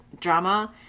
drama